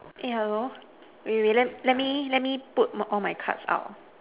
eh hello wait wait let me let me put all my cards out